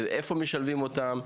איפה משלבים אותם?